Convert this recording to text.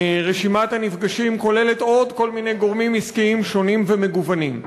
רשימת הנפגשים כוללת עוד כל מיני גורמים עסקיים שונים ומגוונים.